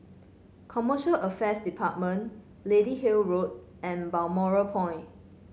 Commercial Affairs Department Lady Hill Road and Balmoral Point